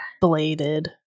bladed